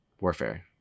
Warfare